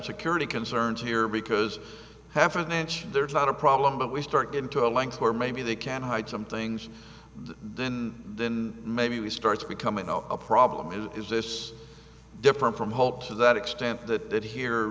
security concerns here because half an inch there's not a problem but we start into a length or maybe they can hide some things then then maybe we start becoming a problem and is this different from hope to that extent that that here